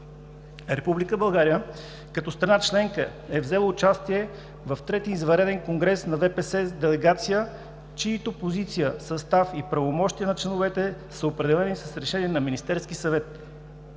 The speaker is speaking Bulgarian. България като страна членка е взела участие в третия извънреден конгрес на Всемирния пощенски съюз с делегация, чиито позиция, състав и правомощия на членовете са определени с решение на Министерския съвет.